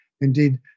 indeed